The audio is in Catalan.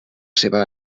seua